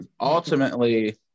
Ultimately